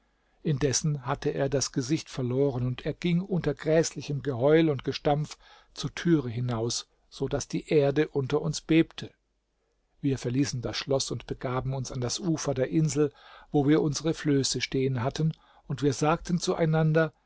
indessen hatte er das gesicht verloren und er ging unter gräßlichem geheul und gestampf zur türe hinaus so daß die erde unter uns bebte wir verließen das schloß und begaben uns an das ufer der insel wo wir unsere flöße stehen hatten und wir sagten zu